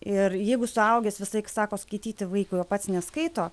ir jeigu suaugęs vislaik sako skaityti vaikui o pats neskaito